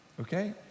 okay